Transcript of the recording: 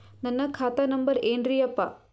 ನನ್ನ ಖಾತಾ ನಂಬರ್ ಏನ್ರೀ ಯಪ್ಪಾ?